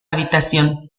habitación